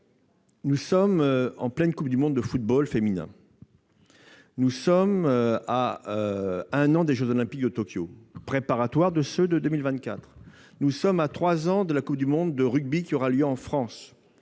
nous sommes en pleine Coupe du monde de football féminin, à un an des jeux Olympiques de Tokyo, préparatoires de ceux de 2024, à trois ans de la Coupe du monde de rugby, qui aura lieu en France,